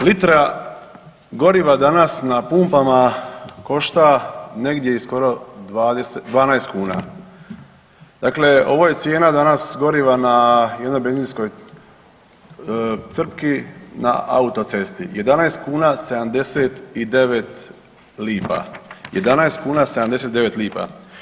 Litra goriva danas na pumpama košta negdje i skoro 12kn, dakle ovo je cijena danas goriva na jednoj benzinskoj crpki na autocesti 11,79 kn 11,79 kn.